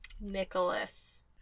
Nicholas